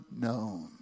known